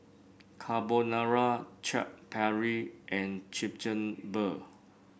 Carbonara Chaat Papri and Chigenabe